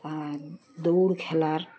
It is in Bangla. আর দৌড় খেলার